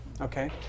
Okay